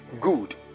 good